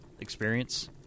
experience